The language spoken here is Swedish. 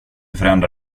förändra